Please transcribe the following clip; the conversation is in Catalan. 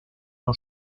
nou